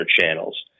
channels